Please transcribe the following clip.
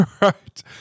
Right